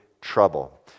trouble